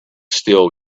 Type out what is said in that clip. still